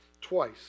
twice